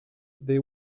they